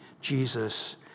Jesus